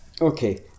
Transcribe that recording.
Okay